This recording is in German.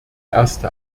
erste